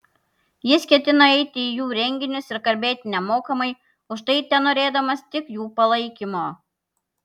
jis ketino eiti į jų renginius ir kalbėti nemokamai už tai tenorėdamas tik jų palaikymo